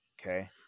Okay